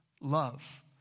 love